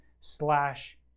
slash